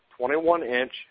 21-inch